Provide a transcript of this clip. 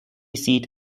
seat